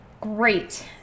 Great